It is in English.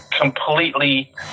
Completely